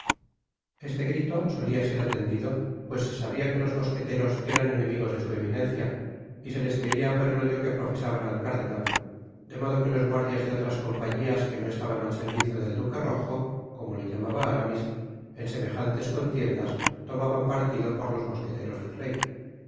este gritosolia ser atendido pues se sabia que los mosqueteros eran enemigos de su eminencia y se les quería por el odio que profesaban al cardenal de modo que los guardias de otras compañías que no estaban al servicio del duque rojo como ie llamaba aramis en semejantes contiendas tomaban partido por los mosqueteros del rey de